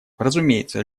разумеется